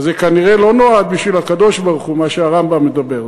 אז כנראה לא נועד לקדוש-ברוך-הוא מה שהרמב"ם מדבר,